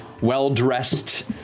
well-dressed